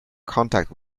contact